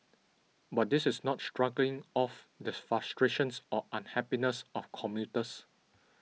but this is not struggling off the frustrations or unhappiness of commuters